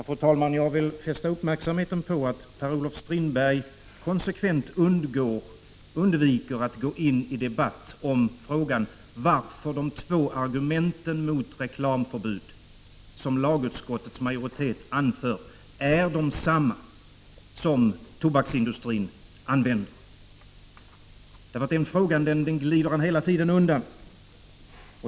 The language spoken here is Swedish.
Fru talman! Jag vill fästa uppmärksamheten på att Per-Olof Strindberg konsekvent undviker att gå in i debatt om varför de två argumenten mot reklamförbud som lagutskottets majoritet anför är desamma som tobaksindustrin använder. Den frågan glider han hela tiden undan.